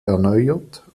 erneuert